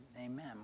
amen